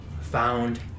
Found